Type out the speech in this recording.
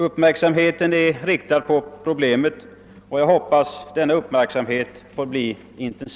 Uppmärksamheten är således riktad på problemet, och jag hoppas att den ytterligare kommer att skärpas.